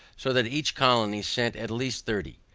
so that each colony send at least thirty.